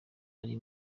ari